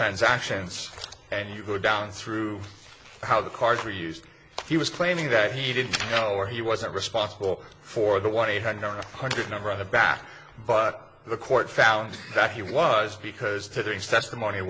transactions and you go down through how the cards were used he was claiming that he didn't know or he wasn't responsible for the one eight hundred nine hundred number on the back but the court found that he was because today's testimony